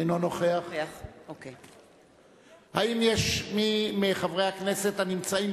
אינו נוכח האם יש מי מחברי הכנסת הנמצאים